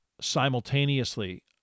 Simultaneously